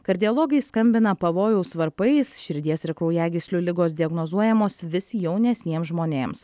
kardiologai skambina pavojaus varpais širdies ir kraujagyslių ligos diagnozuojamos vis jaunesniems žmonėms